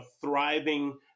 thriving